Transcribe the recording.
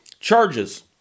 Charges